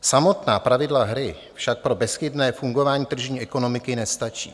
Samotná pravidla hry však pro bezchybné fungování tržní ekonomiky nestačí.